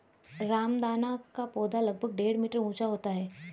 रामदाना का पौधा लगभग डेढ़ मीटर ऊंचा होता है